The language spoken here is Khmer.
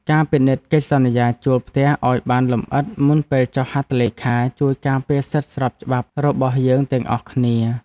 ការពិនិត្យកិច្ចសន្យាជួលផ្ទះឱ្យបានលម្អិតមុនពេលចុះហត្ថលេខាជួយការពារសិទ្ធិស្របច្បាប់របស់យើងទាំងអស់គ្នា។